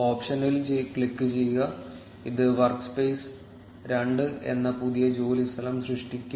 ഓപ്ഷനിൽ ക്ലിക്കുചെയ്യുക ഇത് വർക്സ്പേസ് രണ്ട് എന്ന പുതിയ ജോലിസ്ഥലം സൃഷ്ടിക്കും